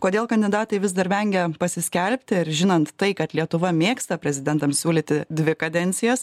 kodėl kandidatai vis dar vengia pasiskelbti ar žinant tai kad lietuva mėgsta prezidentams siūlyti dvi kadencijas